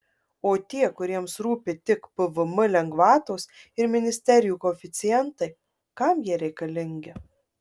o tie kuriems rūpi tik pvm lengvatos ir ministerijų koeficientai kam jie reikalingi